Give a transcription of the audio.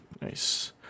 Nice